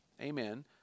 amen